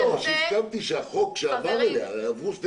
הסכמתי שהחוק שעבר אליה הרי עברו שני